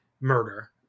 murder